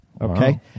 Okay